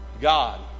God